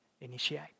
initiate